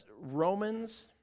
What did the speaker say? Romans